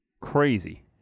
Crazy